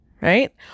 right